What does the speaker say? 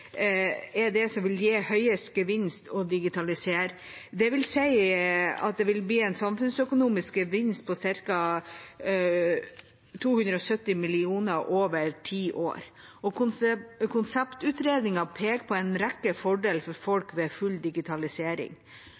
er det som vil gi høyest gevinst å digitalisere. Det vil si at det vil bli en samfunnsøkonomisk gevinst på ca. 270 mill. kr over ti år. Konseptutredningen peker på en rekke fordeler for folk ved full digitalisering.